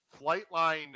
Flightline